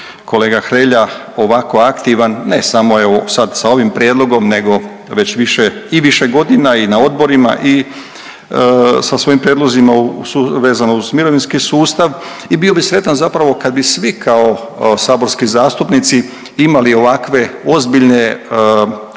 kolega Hrelja ovako aktivan ne samo evo sad sa ovim prijedlogom nego već više i više godina i na odborima i sa svojim prijedlozima vezano uz mirovinski sustav i bio bi sretan zapravo kad bi svi kao saborski zastupnici imali ovakve ozbiljne, korektne